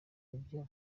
ibyo